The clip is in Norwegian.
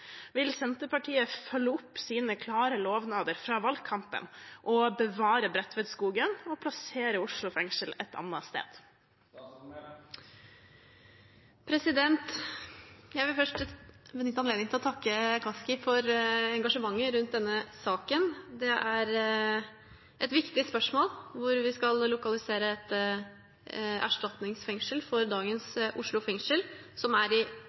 Vil Senterpartiet følge opp sine klare lovnader fra valgkampen og bevare Bredtvetskogen, og plassere Oslo fengsel et annet sted?» Jeg vil først benytte anledningen til å takke Kaski for engasjementet rundt denne saken. Det er et viktig spørsmål, hvor vi skal lokalisere et erstatningsfengsel for dagens Oslo fengsel, som er i